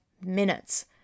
minutes